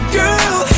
girl